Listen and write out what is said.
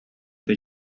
they